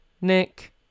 Nick